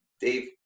Dave